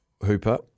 Hooper